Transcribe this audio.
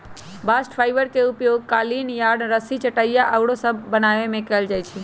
bast fibre के उपयोग कालीन, यार्न, रस्सी, चटाइया आउरो सभ बनाबे में कएल जाइ छइ